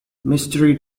mystery